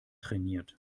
trainiert